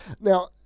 Now